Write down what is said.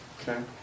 Okay